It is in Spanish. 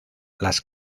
las